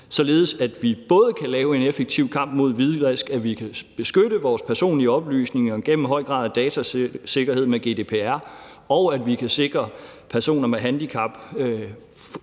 således at vi både kan lave en effektiv kamp mod hvidvask, beskytte vores personlige oplysninger gennem høj grad af datasikkerhed med GDPR og sikre personer med handicap